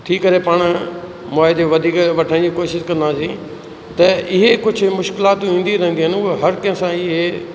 थी करे पाण मुआविज़ो वधीक वठण जी कोशिश कंदासीं त इहे कुझु मुश्किलातूं ईंदी रहदियूं आहिनि उहे हर कंहिंसां इहे